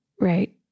Right